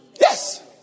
Yes